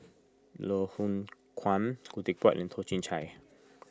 Loh Hoong Kwan Khoo Teck Puat and Toh Chin Chye